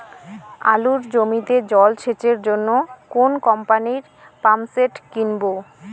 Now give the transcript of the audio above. আলুর জমিতে জল সেচের জন্য কোন কোম্পানির পাম্পসেট কিনব?